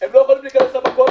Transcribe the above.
--- הם לא יכולים להיכנס למקום.